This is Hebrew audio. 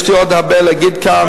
יש לי עוד הרבה להגיד כאן,